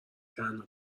تنها